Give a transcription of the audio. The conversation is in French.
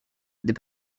des